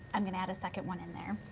i'm gonna add a second one in there.